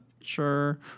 sure